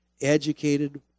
educated